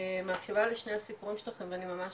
מקשיבה לשני הסיפורים שלכם ואני ממש